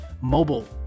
mobile